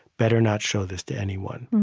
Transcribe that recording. better not show this to anyone.